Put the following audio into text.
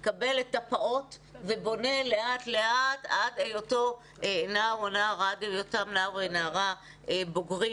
מקבל את הפעוט ובונה לאט לאט עד היותם נער ונערה בוגרים